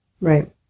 Right